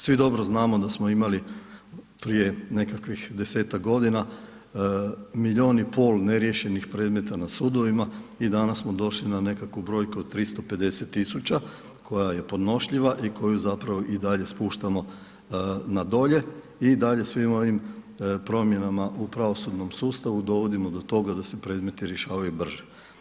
Svi dobro znamo da smo imali prije nekakvih desetak godina milijun i pol neriješenih predmeta na sudovima i danas smo došli na nekakvu brojku od 350 tisuća koja je podnošljiva i koju i dalje spuštamo na dolje i dalje svim ovim promjenama u pravosudnom sustavu dovodimo do toga da se predmeti rješavaju brže.